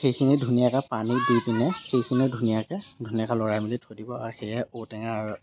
সেইখিনি ধুনীয়াকৈ পানী দি পিনে সেইখিনি ধুনীয়াকৈ ধুনীয়াকৈ লৰাই মেলি থৈ দিব আৰু সেয়াই ঔটেঙাৰ